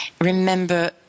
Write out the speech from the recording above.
Remember